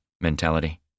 mentality